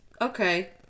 Okay